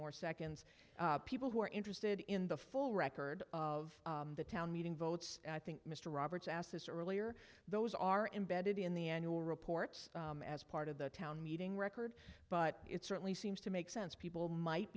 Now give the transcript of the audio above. more seconds people who are interested in the full record of the town meeting votes i think mr roberts asked this earlier those are embedded in the annual reports as part of the town meeting record but it certainly seems to make sense people might